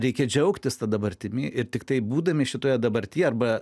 reikia džiaugtis ta dabartimi ir tiktai būdami šitoje dabartyje arba